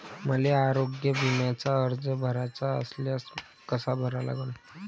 मले आरोग्य बिम्याचा अर्ज भराचा असल्यास कसा भरा लागन?